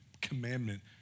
commandment